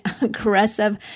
aggressive